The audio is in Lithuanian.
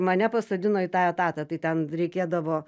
mane pasodino į tą etatą tai ten reikėdavo